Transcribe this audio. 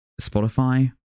Spotify